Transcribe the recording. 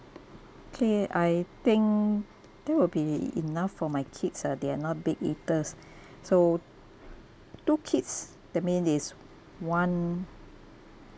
okay I think that will be enough for my kids uh they are not big eaters so two kids that means is one